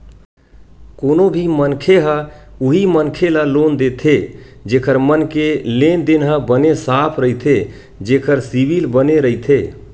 कोनो भी मनखे ह उही मनखे ल लोन देथे जेखर मन के लेन देन ह बने साफ रहिथे जेखर सिविल बने रहिथे